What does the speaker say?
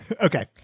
Okay